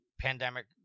pandemic